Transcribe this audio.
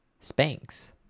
Spanx